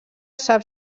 sap